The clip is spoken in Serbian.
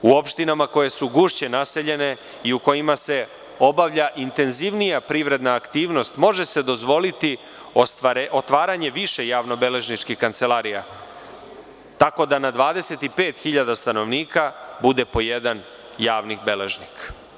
U opštinama koje su gušće naseljene i u kojima se obavlja intenzivnija privredna aktivnost može se dozvoliti otvaranje više javnobeležničkih kancelarija, tako da na 25.000 stanovnika bude po jedan javni beležnik.